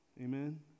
Amen